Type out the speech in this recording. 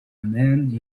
man